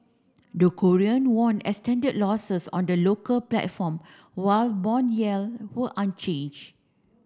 the Korean won extended losses on the local platform while bond yield were unchanged